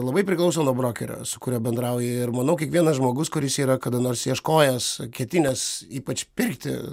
labai priklauso nuo brokerio su kuriuo bendrauji ir manau kiekvienas žmogus kuris yra kada nors ieškojęs ketinęs ypač pirkti